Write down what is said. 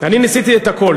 אני ניסיתי את הכול,